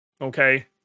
okay